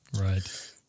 Right